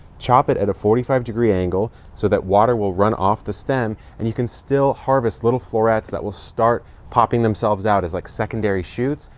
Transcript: chop it at a forty five degree angle so that water will run off the stem and you can still harvest little florets that will start popping themselves out as like secondary shoots.